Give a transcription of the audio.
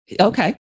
okay